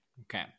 Okay